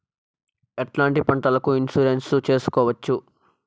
ఎట్లాంటి పంటలకు ఇన్సూరెన్సు చేసుకోవచ్చు?